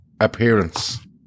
appearance